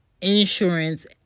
insurance